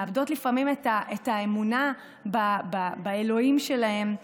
מאבדות לפעמים את האמונה באלוהים שלהן,